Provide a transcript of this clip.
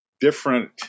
different